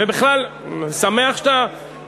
אנחנו פופוליסטים.